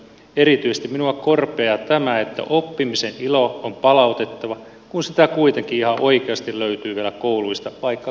erityisesti minua korpeaa tämä että oppimisen ilo on palautettava kun sitä kuitenkin ihan oikeasti löytyy vielä kouluista vaikka kuinka paljon